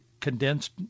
condensed